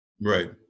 Right